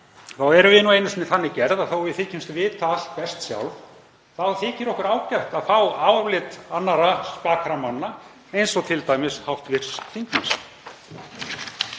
þá erum við nú einu sinni þannig gerð að þótt við þykjumst vita allt best sjálf þá þykir okkur ágætt að fá álit annarra spakra manna eins og t.d. hv. þingmanns.